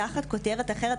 תחת כותרת אחרת,